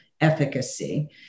efficacy